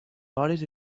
hores